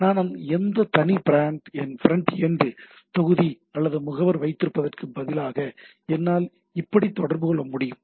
நான் எந்த தனி பிராண்ட் எண்டு தொகுதி அல்லது முகவர் வைத்திருப்பதற்கு பதிலாக என்னால் இப்படி தொடர்பு கொள்ள முடியும்